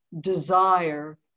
desire